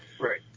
Right